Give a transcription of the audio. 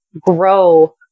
grow